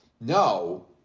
no